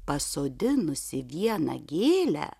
pasodinusi vieną gėlę